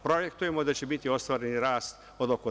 Projektujemo da će biti ostvareni rast od oko 2%